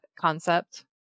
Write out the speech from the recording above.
concept